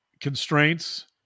constraints